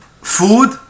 food